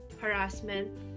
harassment